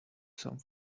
some